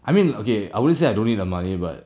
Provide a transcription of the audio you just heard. I mean okay I wouldn't say I don't need the money but